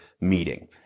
meeting